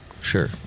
sure